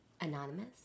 Anonymous